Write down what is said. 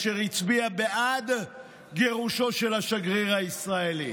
אשר הצביע בעד גירושו של השגריר הישראלי.